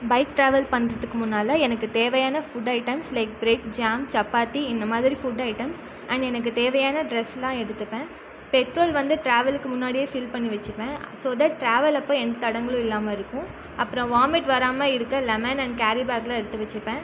bike travel பண்ணுறத்துக்கு முன்னால் எனக்கு தேவையான food items like bread jam chapati இந்த மாதிரி ஃபுட் ஐட்டம்ஸ் அண்ட் எனக்கு தேவையான டிரெஸ்லாம் எடுத்துப்பேன் பெட்ரோல் வந்து டிராவலுக்கு முன்னாடியே ஃபில் பண்ணி வெச்சுப்பேன் ஸோ தட் ட்ராவல் அப்போ எந்த தடங்கலும் இல்லாமல் இருக்கும் அப்றம் வாமிட் வராமல் இருக்க லெமன் அண்ட் கேரிபேக்கில் எடுத்து வெச்சுப்பேன்